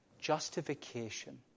justification